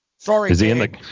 Sorry